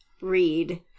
read